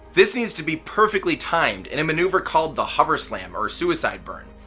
this needs to be perfectly timed in a maneuver called the hover-slam or suicide burn.